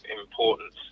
importance